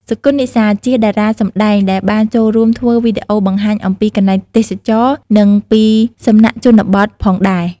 សុគន្ធ និសា ជាតារាសម្តែងដែលបានចូលរួមធ្វើវីដេអូបង្ហាញអំពីកន្លែងទេសចរណ៍ និងពីសំណាក់ជនបទផងដែរ។